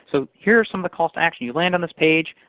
so here are some of the calls to action. you land on this page.